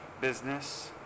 business